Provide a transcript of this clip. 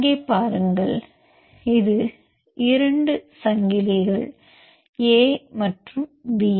இங்கே பாருங்கள் இது இரண்டு சங்கிலிகள் A மற்றும் B